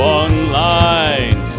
online